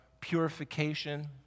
purification